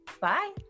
Bye